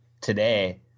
today